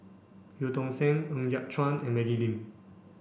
Eu Tong Sen Ng Yat Chuan and Maggie Lim